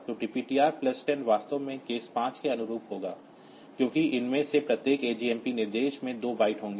तो DPTR plus 10 वास्तव में केस 5 के अनुरूप होगा क्योंकि इनमें से प्रत्येक आजमप निर्देश में 2 बाइट्स होंगे